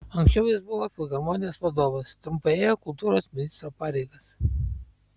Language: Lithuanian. anksčiau jis buvo filharmonijos vadovas trumpai ėjo kultūros ministro pareigas